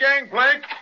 gangplank